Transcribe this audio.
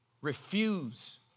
Refuse